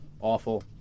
Awful